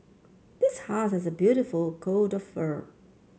this husky has a beautiful coat of fur